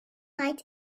night